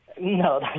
No